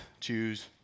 choose